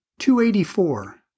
284